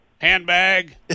handbag